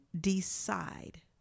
decide